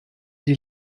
die